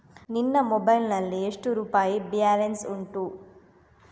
ನಿನ್ನ ಮೊಬೈಲ್ ನಲ್ಲಿ ಎಷ್ಟು ರುಪಾಯಿ ಬ್ಯಾಲೆನ್ಸ್ ಉಂಟು?